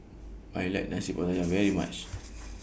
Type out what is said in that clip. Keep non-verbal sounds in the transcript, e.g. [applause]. I like Nasi Pattaya [noise] very much